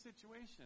situation